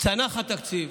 צנח התקציב